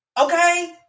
Okay